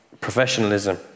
professionalism